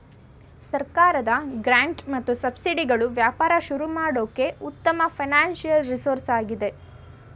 ಸರ್ಕಾರದ ಗ್ರಾಂಟ್ ಮತ್ತು ಸಬ್ಸಿಡಿಗಳು ವ್ಯಾಪಾರ ಶುರು ಮಾಡೋಕೆ ಉತ್ತಮ ಫೈನಾನ್ಸಿಯಲ್ ರಿಸೋರ್ಸ್ ಆಗಿದೆ